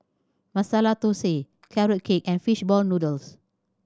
Masala Thosai Carrot Cake and fishball noodles